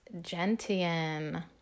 gentian